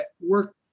work